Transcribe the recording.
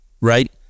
right